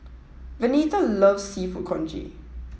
Venita loves seafood congee